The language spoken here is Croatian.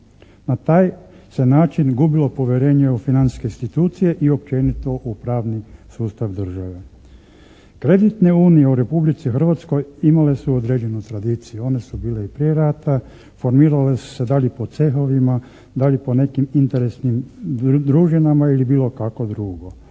Na taj se način gubilo povjerenje u financijske institucije i općenito u pravni sustav države. Kreditne unije u Republici Hrvatskoj imale su određenu tradiciju. One su bile i prije rata, formirale su se da li po cehovima, da li po nekim interesnim družinama ili kako drugo.